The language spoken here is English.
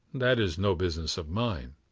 that is no business of mine.